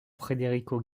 federico